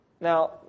Now